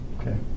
Okay